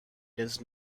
does